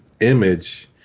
image